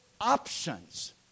options